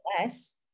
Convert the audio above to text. less